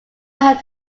home